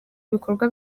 ibikorwa